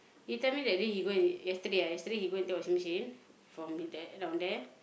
he tell me that day he go and yesterday ah yesterday he go and take washing machine from there from down there